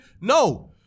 No